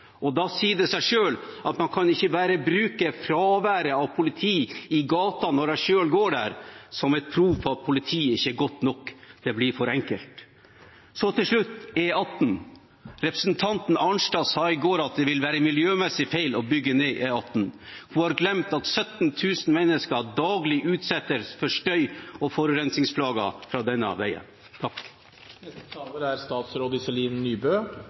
Da sier det seg selv at man ikke bare kan bruke fraværet av politi i gatene når en selv går der, som et prov på at politiet ikke er godt nok. Det blir for enkelt. Til slutt, om E18: Representanten Arnstad sa i går at det ville være miljømessig feil å bygge ny E18. Hun har glemt at 17 000 mennesker daglig utsettes for støy og forurensingsplager fra den veien. Åpen tilgang til forskning er